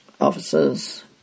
officers